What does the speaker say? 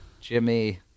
Jimmy